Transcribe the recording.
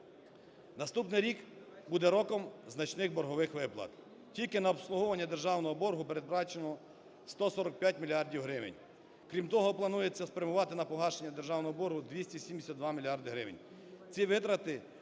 Наступний рік буде роком значних боргових виплат: тільки на обслуговування державного боргу передбачено 145 мільярдів гривень. Крім того, планується спрямувати на погашення державного боргу 272 мільярди